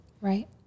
Right